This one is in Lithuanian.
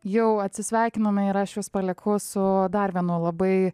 jau atsisveikinome ir aš jus palieku su dar vienu labai